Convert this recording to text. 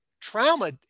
Trauma